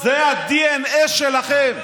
זה הדנ"א שלכם.